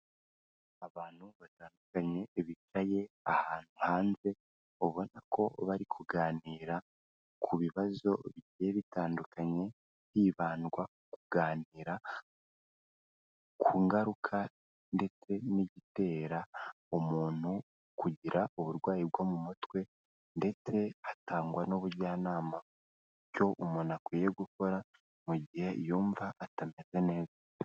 Abantu batandukanye bicaye ahantu hanze ubona ko bari kuganira ku bibazo bigiye bitandukanye hibandwa kuganira ku ngaruka ndetse n'igitera umuntu kugira uburwayi bwo mu mutwe ndetse hatangwa n'ubujyanama icyo umuntu akwiye gukora mu gihe yumva atameze neza.